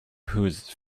whose